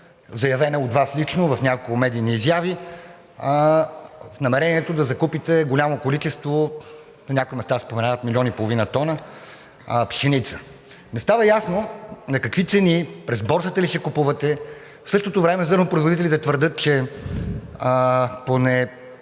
заявена от Вас лично в няколко медийни изяви с намерението да закупите голямо количество – на някои места се споменава 1,5 млн. тона пшеница. Не става ясно на какви цени, през борсата ли ще купувате? В същото време зърнопроизводителите твърдят, че по